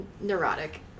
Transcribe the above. Neurotic